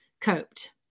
coped